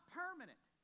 permanent